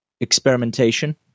experimentation